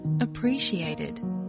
appreciated